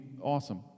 awesome